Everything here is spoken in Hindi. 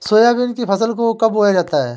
सोयाबीन की फसल को कब बोया जाता है?